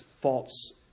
false